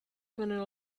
junior